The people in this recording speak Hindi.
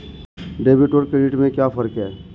डेबिट और क्रेडिट में क्या फर्क है?